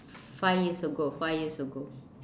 five years ago five years ago